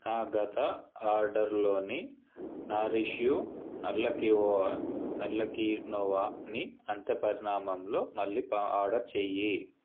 నా గత ఆడర్లోని నరిష్ యు నల్ల కివోవా నల్ల కినోవాని అంతే పరిణామంలో మళ్ళీ ఆడర్ చేయి